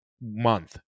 month